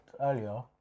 earlier